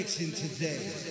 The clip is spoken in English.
today